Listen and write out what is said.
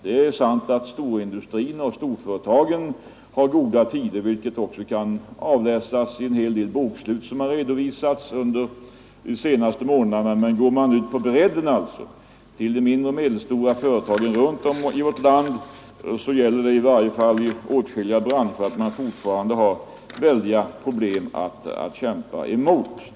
Det är sant att storindustrin och storföretagen har goda tider, vilket också kan avläsas i en hel del bokslut som har redovisats under de senaste månaderna, men går man ut på bredden till de mindre och medelstora företagen runt om i vårt land har man i varje fall i åtskilliga branscher fortfarande väldiga problem att kämpa emot.